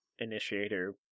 initiator